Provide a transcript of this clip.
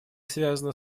связана